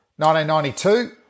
1992